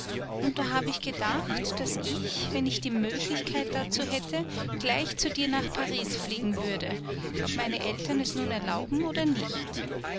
und da habe ich gedacht daß ich wenn ich die möglichkeit dazu hätte gleich zu dir nach paris fliegen würde ob meine eltern es nun erlauben oder nicht